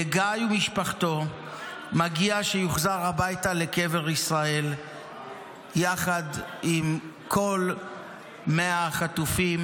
לגיא ולמשפחתו מגיע שיוחזר הביתה לקבר ישראל יחד עם כל 100 החטופים,